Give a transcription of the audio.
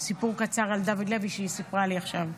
זה סיפור קצר על דוד לוי שהיא סיפרה לי עכשיו.